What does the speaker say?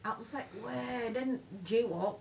outside where then jaywalk